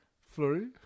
Flurry